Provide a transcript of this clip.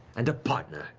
and a partner.